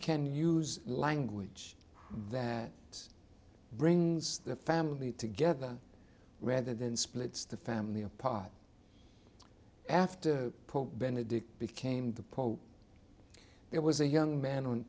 can use language that brings the family together rather than splits the family apart after pope benedict became the pope there was a young man on